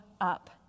up